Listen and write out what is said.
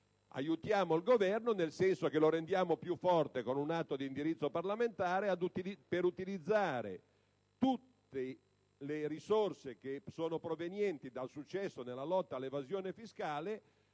aiutiamo il Governo, nel senso che lo rendiamo più forte con un atto di indirizzo parlamentare. Si chiede di utilizzare tutte le risorse provenienti dal successo nella lotta all'evasione fiscale